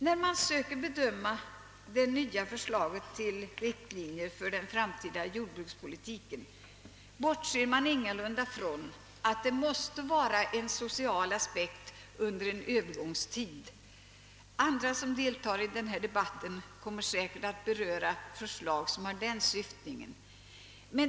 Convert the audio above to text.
Vid bedömningen av det nya förslaget till riktlinjer för den framtida jordbrukspolitiken får vi inte bortse från att den politiken under en övergångstid måste ha en social aspekt. Andra talare i denna debatt kommer att beröra de förslag som har den syftningen.